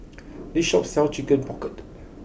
this shop sells chicken pocket